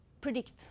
predict